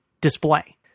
display